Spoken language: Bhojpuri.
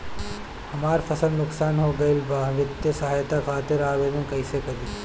हमार फसल नुकसान हो गईल बा वित्तिय सहायता खातिर आवेदन कइसे करी?